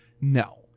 No